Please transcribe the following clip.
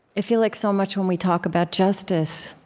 i feel like, so much, when we talk about justice,